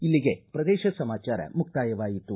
ಇಲ್ಲಿಗೆ ಪ್ರದೇಶ ಸಮಾಚಾರ ಮುಕ್ತಾಯವಾಯಿತು